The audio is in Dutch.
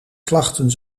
klachten